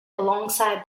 alongside